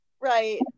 right